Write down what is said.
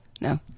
No